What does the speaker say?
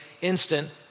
instant